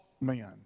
men